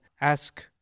ask